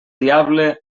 diable